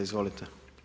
Izvolite.